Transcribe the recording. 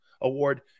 Award